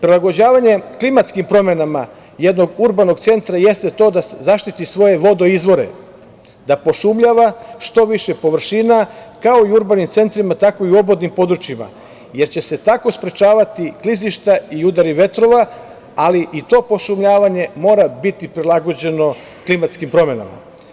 Prilagođavanje klimatskim promenama jednog urbanog centra jeste to da zaštiti svoje vodoizvore, da pošumljava što više površina kako i urbanim centrima, tako i u obodnim područjima, jer će se tako sprečavati klizišta i udari vetrova, ali i to pošumljavanje mora biti prilagođeno klimatskim promenama.